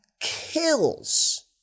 kills